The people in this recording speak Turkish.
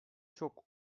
çok